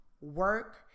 work